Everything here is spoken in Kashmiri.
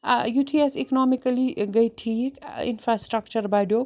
ٲں یُتھُے أسۍ اکنوٛامکٔلی ٲں گٔے ٹھیٖک ٲں انفرٛارسٹرکچَر بڑھیٛو